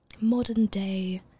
modern-day